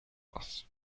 was